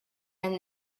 and